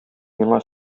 миңа